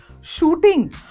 shooting